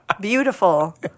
beautiful